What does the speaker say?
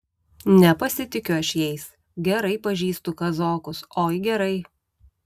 nepasitikiu aš jais gerai pažįstu kazokus oi gerai